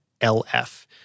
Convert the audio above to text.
LF